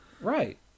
Right